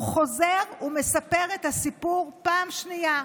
והוא חוזר ומספר את הסיפור פעם שנייה.